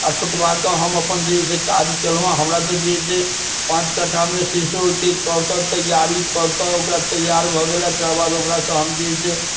आओर ठोकबाके हम अपन जे है से काज केलहुँ हमरा तऽ जे है से पाँच कट्ठामे सीसोके कऽके तैयारी कऽके ओकरा तैयार भऽ गेल हँ तकरा बाद ओकरासँ हम जे है से